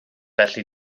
felly